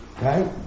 Right